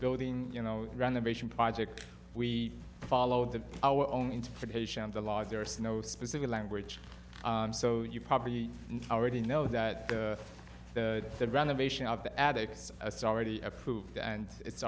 building you know renovation project we followed to our own interpretation of the laws there is no specific language so you probably already know that the renovation of the addict's authority approved and it's